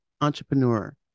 entrepreneur